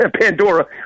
Pandora